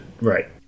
right